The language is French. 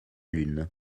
lune